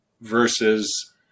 versus